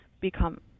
become